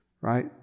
right